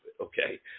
okay